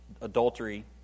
adultery